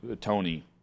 Tony